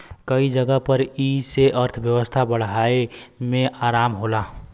कई जगह पर ई से अर्थव्यवस्था बढ़ाए मे आराम होला